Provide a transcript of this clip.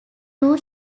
two